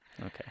Okay